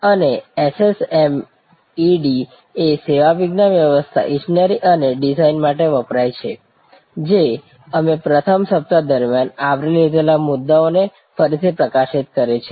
અને SSMED એ સેવા વિજ્ઞાન વ્યવસ્થા ઇજનેરી અને ડિઝાઇન માટે વપરાય છે જે અમે પ્રથમ સપ્તાહ દરમિયાન આવરી લીધેલા મુદ્દાને ફરીથી પ્રકાશિત કરે છે